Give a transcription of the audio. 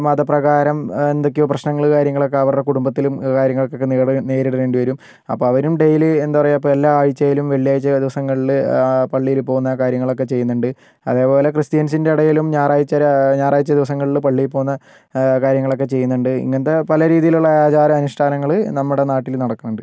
മത പ്രകാരം എന്തൊക്കെയോ പ്രശ്നങ്ങളും കാര്യങ്ങളും ഒക്കെ അവരുടെ കുടുംബത്തിലും കാര്യങ്ങൾക്കൊക്കെ നേരി നേരിടേണ്ടി വരും അപ്പം അവരും ഡെയിലി എന്താ പറയുക അപ്പം എല്ലാ ആഴ്ചയിലും വെള്ളിയാഴ്ച ദിവസങ്ങളിൽ പള്ളിയിൽ പോകുന്ന കാര്യങ്ങളൊക്കെ ചെയ്യുന്നുണ്ട് അതേപോലെ ക്രിസ്ത്യൻസിൻ്റെ ഇടയിലും ഞായറാഴ്ച ഞായറാഴ്ച ദിവസങ്ങളിൽ പള്ളിയിൽ പോകുന്ന കാര്യങ്ങളൊക്കെ ചെയ്യുന്നുണ്ട് ഇങ്ങനത്തെ പല രീതിയിലുള്ള ആചാര അനുഷ്ഠാനങ്ങള് നമ്മുടെ നാട്ടില് നടക്കുന്നുണ്ട്